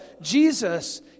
Jesus